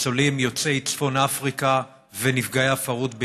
ניצולים יוצאי צפון אפריקה ונפגעי הפרהוד בעיראק,